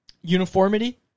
uniformity